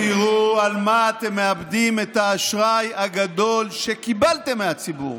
תראו על מה אתם מאבדים את האשראי הגדול שקיבלתם מהציבור.